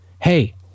hey